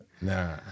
Nah